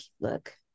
look